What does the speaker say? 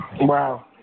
Wow